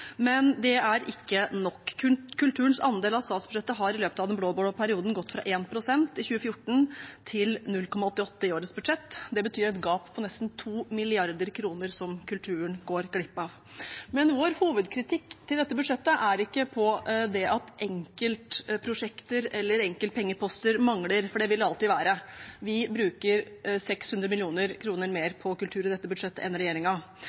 men det er ikke nok. Kulturens andel av statsbudsjettet har i løpet av den blå-blå perioden gått fra 1 pst. i 2014 til 0,88 pst. i årets budsjett. Det betyr et gap på nesten 2 mrd. kr som kulturen går glipp av. Vår hovedkritikk av dette budsjettet går ikke på at enkeltprosjekter eller enkeltpengeposter mangler, for det vil det alltid være. Vi bruker 600 mill. kr mer på kultur i dette budsjettet enn